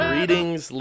Greetings